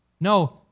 No